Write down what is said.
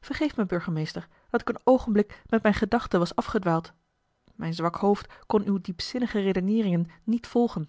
vergeef mij burgemeester dat ik een oogenblik met mijn gedachten was afgedwaald mijn zwak hoofd kon uw diepzinnige redeneeringen niet volgen